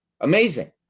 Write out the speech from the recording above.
Amazing